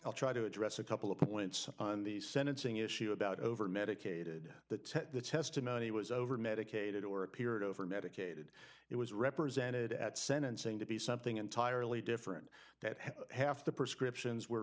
i'll try to address a couple of points on the sentencing issue about overmedicated that the testimony was over medicated or appeared overmedicated it was represented at sentencing to be something entirely different that half the prescriptions were